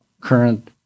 current